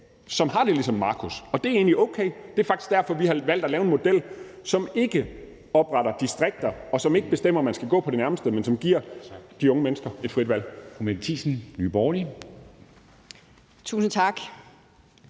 som har det ligesom Marcus, og det er egentlig okay. Det er faktisk derfor, vi har valgt at lave en model, som ikke opretter distrikter, og som ikke bestemmer, at man skal gå på det nærmeste gymnasium, men som giver de unge mennesker et frit valg.